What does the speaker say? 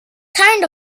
kind